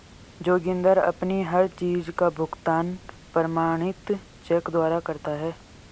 जोगिंदर अपनी हर चीज का भुगतान प्रमाणित चेक द्वारा करता है